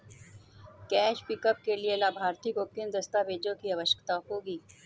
Cash pickup के लिए लाभार्थी को किन दस्तावेजों की आवश्यकता होगी?